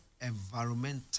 environmental